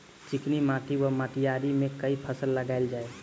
चिकनी माटि वा मटीयारी मे केँ फसल लगाएल जाए?